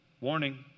Warning